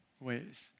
ways